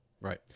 right